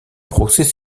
procès